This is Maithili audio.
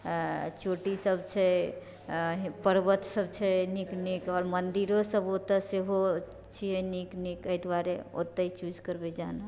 चोटी सब छै पर्वत सब छै नीक नीक आओर मन्दिरो सब ओतऽ सेहो छियै नीक नीक अय दुआरे ओतै चूज करबै जाना